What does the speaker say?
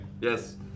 Yes